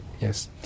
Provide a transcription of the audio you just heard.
yes